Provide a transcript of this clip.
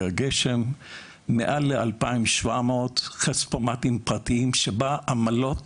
הגשם למעלה מ-2,700 כספומטים פרטיים שבהם העמלות